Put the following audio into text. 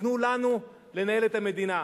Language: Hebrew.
תיתנו לנו לנהל את המדינה.